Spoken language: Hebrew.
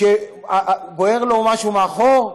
כשבוער לו משהו מאחור,